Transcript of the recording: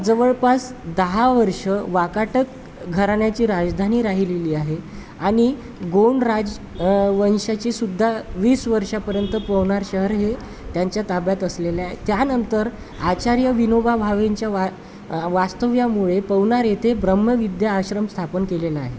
जवळपास दहा वर्ष वाकाटक घरण्याची राजधानी राहिलेली आहे आणि गोंड राज वंशाचीसुद्धा वीस वर्षापर्यंत पवनार शहर हे त्यांच्या ताब्यात असलेलं आहे त्यानंतर आचार्य विनोबा भावेंच्या वा वास्तव्यामुळे पवनार येथे ब्रह्म विद्या आश्रम स्थापन केलेलं आहे